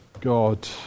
God